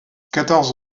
quatorze